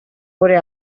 gure